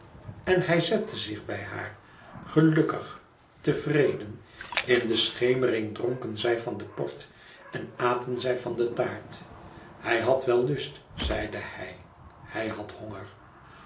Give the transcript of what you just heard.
en hij zette zich bij haar gelukkig tevreden in de schemering dronken zij van den port en aten zij van de taart hij had wel lust zeide hij hij had honger